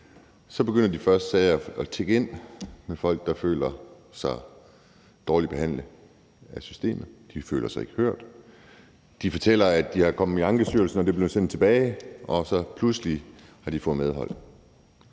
begynder de første sager at tikke ind med folk, der føler sig dårligt behandlet af systemet. De føler sig ikke hørt. De fortæller, at de er kommet i Ankestyrelsen, at det er blevet sendt tilbage, og at de så pludselig har fået medhold.